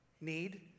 need